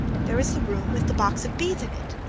there was the room with the box of bees in it!